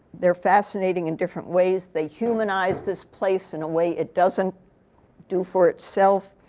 they're fascinating in different ways. they humanize this place in a way it doesn't do for itself.